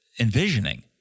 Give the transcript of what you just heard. envisioning